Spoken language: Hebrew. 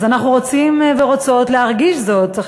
אז אנחנו רוצים ורוצות להרגיש זאת.